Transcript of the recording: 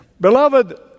Beloved